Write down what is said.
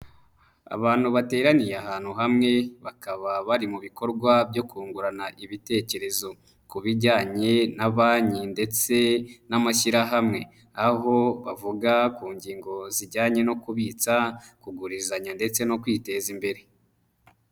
Abantu bateraniye ahantu hamwe, bakaba bari mu bikorwa byo kungurana ibitekerezo, ku bijyanye na banki ndetse, n'amashyirahamwe. Aho bavuga ku ngingo zijyanye no kubitsa, kugurizanya ndetse no kwiteza imbere.